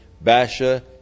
Basha